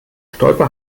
stolpe